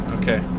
Okay